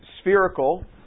spherical